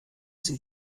sie